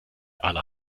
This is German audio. aller